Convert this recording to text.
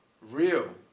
real